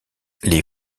les